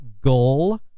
goal